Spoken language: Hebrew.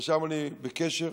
ואני בקשר.